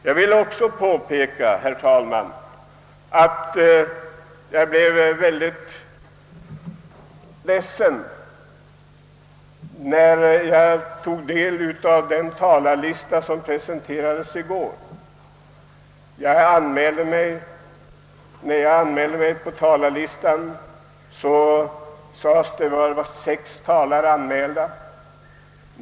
Jag vill också påpeka, herr talman, att jag blev mycket ledsen, när jag tog del av den talarlista som presenterades i går. När jag anmälde mig till talarlistan sades det att bara sex talare var anmälda.